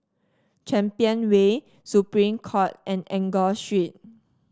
Champion Way Supreme Court and Enggor Street